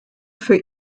für